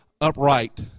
upright